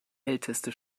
älteste